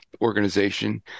Organization